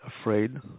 afraid